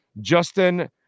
Justin